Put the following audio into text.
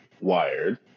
wired